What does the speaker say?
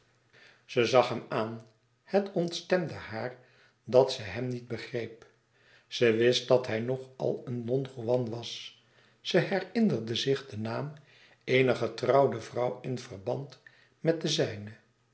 ze zag hem aan het ontstemde haar dat ze hem niet begreep ze wist dat hij nog al een don juan was ze herinnerde zich den naam eener getrouwde vrouw in verband met den zijne